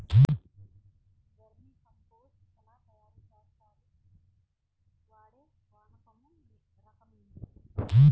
Vermi compost ఎలా తయారు చేస్తారు? వాడే వానపము రకం ఏంటి?